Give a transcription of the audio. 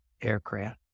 aircraft